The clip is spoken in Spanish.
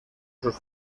sus